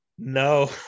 No